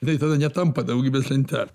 tai tada netampa daugybės lentelė